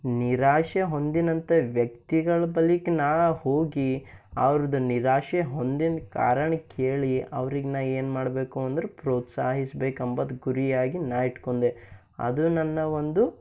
ನಿರಾಶೆ ಹೊಂದಿನಂತ ವ್ಯಕ್ತಿಗಳ ಬಳಿಗ್ ನಾನು ಹೋಗಿ ಅವ್ರ್ದು ನಿರಾಶೆ ಹೊಂದಿನ ಕಾರಣ ಕೇಳಿ ಅವ್ರಿಗೆ ನಾನು ಏನು ಮಾಡಬೇಕು ಅಂದ್ರೆ ಪ್ರೊತ್ಸಾಹಿಸ್ಬೇಕು ಅಂಬದು ಗುರಿಯಾಗಿ ನಾನು ಇಟ್ಕೊಂಡೆ ಅದು ನನ್ನ ಒಂದು